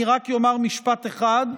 אני רק אומר משפט אחד,